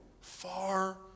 far